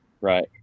Right